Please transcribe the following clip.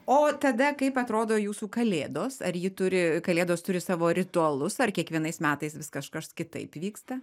o tada kaip atrodo jūsų kalėdos ar ji turi kalėdos turi savo ritualus ar kiekvienais metais vis kažkas kitaip vyksta